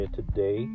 Today